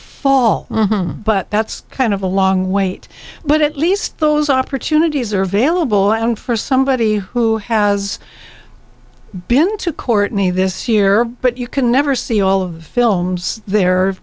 fall but that's kind of a long wait but at least those opportunities are available and for somebody who has been to courtney this year but you can never see all of films there